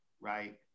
right